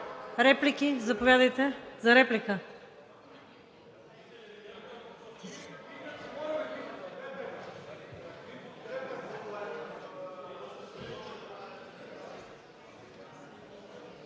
Реплики? Заповядайте за реплика.